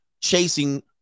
chasing